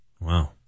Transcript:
Wow